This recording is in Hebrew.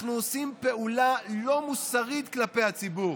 אנחנו עושים פעולה לא מוסרית כלפי הציבור.